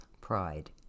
pride